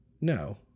no